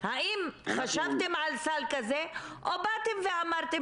האם חשבתם על סל כזה - או באתם ואמרתם